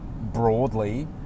broadly